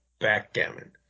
backgammon